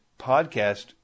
podcast